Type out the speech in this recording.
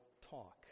talk